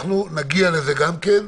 נגיע גם לזה,